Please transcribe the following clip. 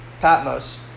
Patmos